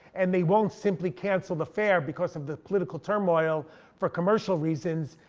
and they won't simply cancel the fair because of the political turmoil for commercial reasons.